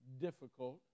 difficult